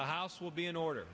house will be in order